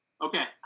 okay